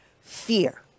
fear